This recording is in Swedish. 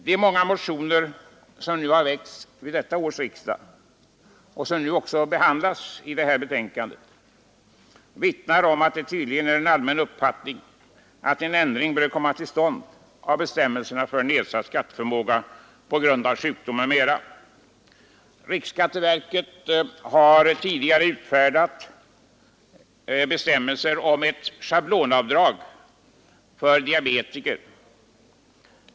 De många motioner som har väckts vid detta års riksdag och som nu också har behandlats i detta betänkande vittnar om att det tydligen är en allmän uppfattning att en ändring bör komma till stånd av bestämmelserna för nedsatt skatteförmåga på grund av sjukdom m.m. Riksskatteverket har tidigare utfärdat bestämmelser om ett schablonavdrag för diabetiker.